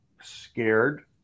scared